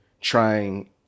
trying